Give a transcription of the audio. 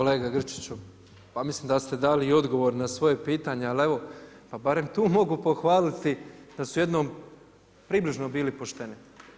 Kolega Grčiću, pa mislim da ste dali i odgovor na svoje pitanje, ali evo pa barem tu mogu pohvaliti da su jednom približno bili pošteni.